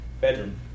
bedroom